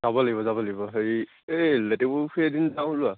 যাব লাগিব যাব লাগিব হেৰি এই লেতেকুপুখুৰী এদিন যাওঁ ওলোৱা